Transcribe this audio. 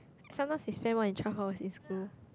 some more you spend more than twelve hours in school